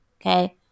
Okay